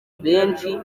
benshi